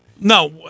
No